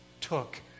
took